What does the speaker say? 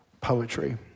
poetry